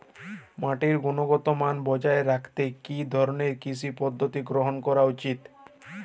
মাটির গুনগতমান বজায় রাখতে কি ধরনের কৃষি পদ্ধতি গ্রহন করা উচিৎ?